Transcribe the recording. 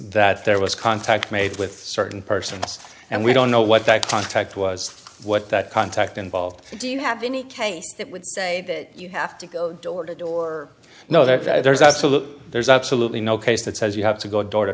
that there was contact made with certain persons and we don't know what that contact was what that contact involved do you have any case that would say that you have to go door to door know that there is absolutely there's absolutely no case that says you have to go door to